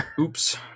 Oops